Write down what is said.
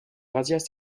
razzias